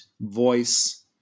voice